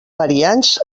variants